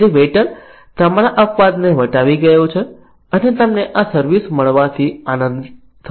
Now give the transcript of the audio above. તેથી વૈઇટર તમારા અપવાદને વટાવી ગયો છે અને તમને આ સર્વિસ મળવાથી આનંદ થશે